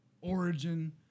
origin